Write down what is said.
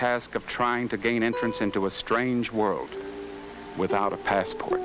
task of trying to gain entrance into a strange world without a passport